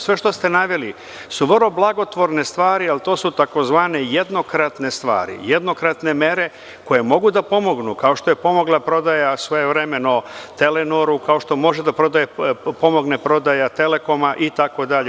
Sve što ste naveli su vrlo blagotvorne stvari, ali to su tzv. jednokratne stvari, jednokratne mere koje mogu da pomognu kao što je pomogla prodaja svojevremeno „Telenoru“, kao što može da pomogne prodaja „Telekoma“ itd.